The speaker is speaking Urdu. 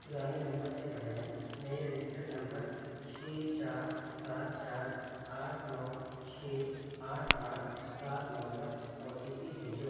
پرانے نمبر کے بجائے نئے رجسٹرڈ نمبر چھ چار سات چار آٹھ نو چھ آٹھ آٹھ سات نو پر او ٹی پی بھیجو